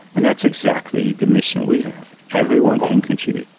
and that's exactly the mission we have. everyone can contribute.